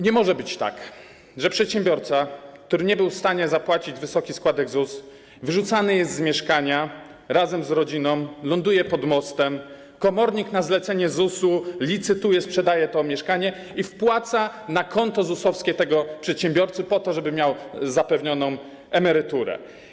Nie może być tak, że przedsiębiorca, który nie był w stanie zapłacić wysokich składek ZUS, wyrzucany jest z mieszkania, razem z rodziną ląduje pod mostem, komornik na zlecenie ZUS-u licytuje, sprzedaje to mieszkanie i wpłaca pieniądze na konto ZUS-owskie tego przedsiębiorcy po to, żeby miał zapewnioną emeryturę.